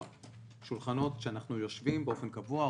שולחנות שאנחנו יושבים באופן קבוע,